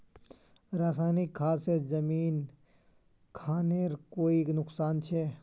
रासायनिक खाद से जमीन खानेर कोई नुकसान छे?